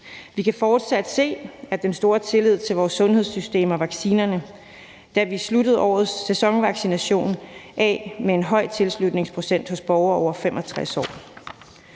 Vi kan se, at der fortsat er stor tillid til vores sundhedssystemer og vaccinerne, da vi sluttede årets sæsonvaccination af med en høj tilslutningsprocent hos borgere over 65 år.